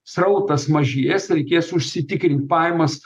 srautas mažės reikės užsitikrinti pajamas